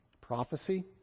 prophecy